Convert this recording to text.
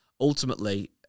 ultimately